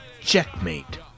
Checkmate